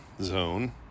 zone